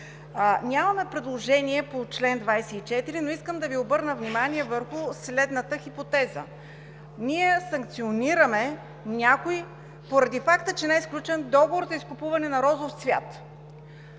Нямаме предложение по чл. 24, но искам да Ви обърна внимание върху следната хипотеза. Ние санкционираме някой поради факта, че не е сключен договор за изкупуване на розов цвят.